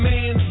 Man